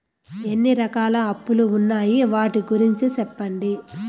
ఎన్ని రకాల అప్పులు ఉన్నాయి? వాటి గురించి సెప్పండి?